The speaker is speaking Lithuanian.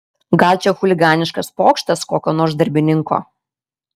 gal čia chuliganiškas pokštas kokio nors darbininko